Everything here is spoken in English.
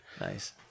Nice